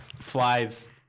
Flies